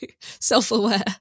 self-aware